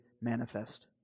manifest